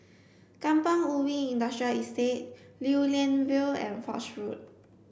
Kampong Ubi Industrial Estate Lew Lian Vale and Foch Road